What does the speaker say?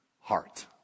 heart